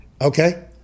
Okay